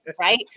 right